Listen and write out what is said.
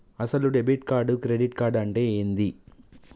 అసలు debit card credit card అంటే ఏంది?